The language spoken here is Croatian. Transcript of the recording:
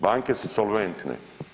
Banke su solventne.